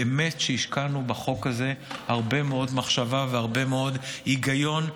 באמת שהשקענו בחוק הזה הרבה מאוד מחשבה והרבה מאוד היגיון,